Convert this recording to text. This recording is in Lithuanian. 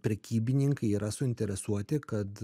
prekybininkai yra suinteresuoti kad